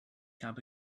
habe